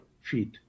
feet